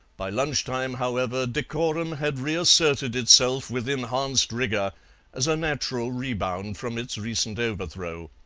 by lunch-time, however, decorum had reasserted itself with enhanced rigour as a natural rebound from its recent overthrow,